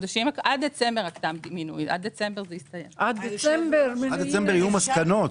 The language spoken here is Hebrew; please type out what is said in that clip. עד דצמבר זה יסתיים - יהיו מסקנות.